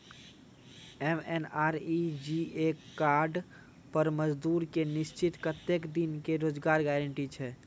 MNREGA card पर मजदुर के निश्चित कत्तेक दिन के रोजगार गारंटी छै?